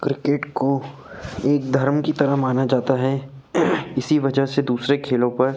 cricket को एक धर्म की तरह माना जाता है इसी वजह से दूसरे खेलों पर